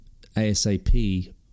ASAP